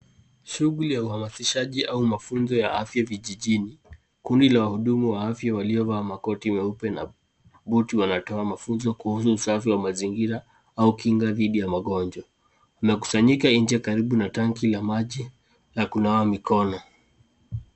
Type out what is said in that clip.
Shughuli ya uhamasishaji au mafunzo ya afya vijijini. Kundi la wahudumu wa afya waliovaa makoti meupe na boti wanatoa mafunzo kuhusu usafi wa mazingira au kinga dhidi ya magonjwa. Wanakusanyika nje, karibu na tanki la maji la kunawa mikono.